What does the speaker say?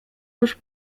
już